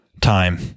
Time